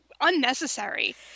unnecessary